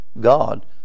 God